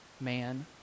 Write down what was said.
man